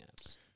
apps